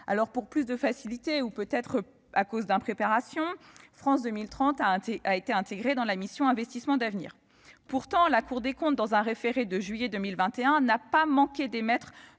». Pour plus de facilité, ou peut-être pour cause d'impréparation, le plan France 2030 a été intégré dans la mission « Investissements d'avenir ». La Cour des comptes, dans un référé de juillet 2021, n'a pourtant pas manqué d'émettre